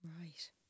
Right